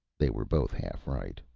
they were both half right,